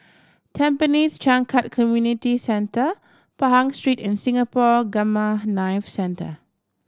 Tampines Changkat Community Centre Pahang Street and Singapore Gamma Knife Centre